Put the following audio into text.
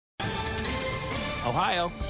Ohio